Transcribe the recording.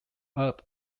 earth